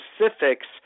specifics